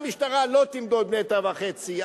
המשטרה לא תמדוד 1.5 מטר,